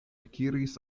akiris